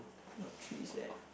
got cheese eh